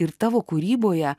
ir tavo kūryboje